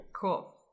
Cool